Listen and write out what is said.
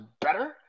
better